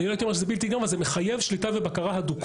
אני לא הייתי אומר שזה בלתי נגמר אבל זה מחייב שליטה ובקרה הדוקים.